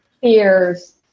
fears